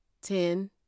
Ten